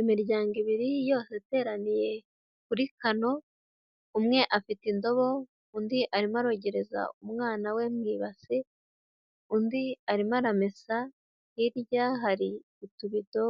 Imiryango ibiri yose iteraniye kuri kano umwe afite indobo undi arimo arogereza umwana we mu ibasi, undi arimo aramesa, hirya hari utubido,